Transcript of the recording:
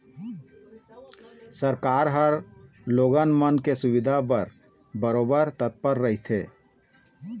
सरकार ह लोगन मन के सुबिधा बर बरोबर तत्पर रहिथे